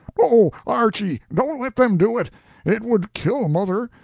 oh, archy, don't let them do it it would kill mother!